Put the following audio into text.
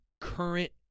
current